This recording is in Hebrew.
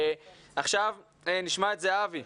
עכשיו נשמע את זהבי,